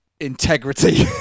integrity